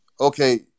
okay